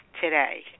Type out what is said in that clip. today